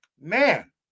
man